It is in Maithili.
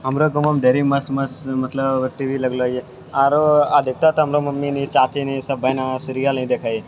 हमरा गाँवमे ढे़ेरी मस्त मस्त मतलब टी वी लगलैयै आरो अधिकतर तऽ हमर मम्मी नी चाची नी सभ बन्हिया सीरियल ही देखैय